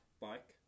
bike